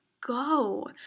go